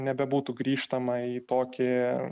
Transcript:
nebebūtų grįžtama į tokį